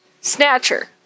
Snatcher